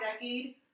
decade